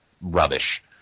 rubbish